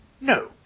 No